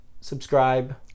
subscribe